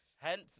hence